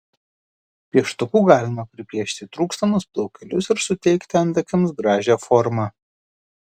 pieštuku galima pripiešti trūkstamus plaukelius ir suteikti antakiams gražią formą